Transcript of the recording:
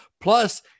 Plus